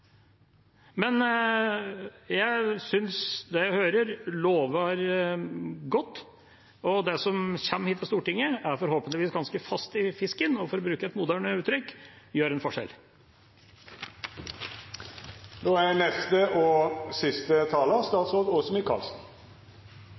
Jeg synes det jeg hører, lover godt, og det som kommer hit til Stortinget, er forhåpentligvis ganske fast i fisken og, for å bruke et moderne uttrykk, gjør en